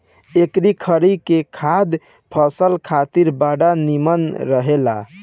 एकरी खरी के खाद फसल खातिर बड़ा निमन रहेला